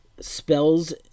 spells